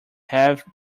have